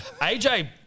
aj